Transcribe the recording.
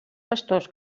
pastors